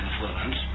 influence